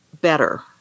better